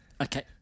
Okay